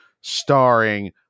starring